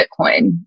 Bitcoin